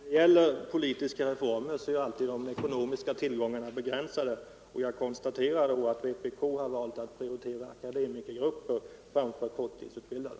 Herr talman! När det gäller politiska reformer är alltid de ekonomiska tillgångarna begränsade. Jag konstaterar då att vpk har valt att prioritera akademikergruppen framför korttidsutbildade.